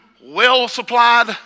well-supplied